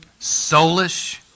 soulish